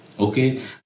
okay